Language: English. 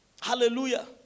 Hallelujah